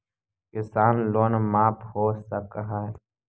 किसान लोन माफ हो सक है?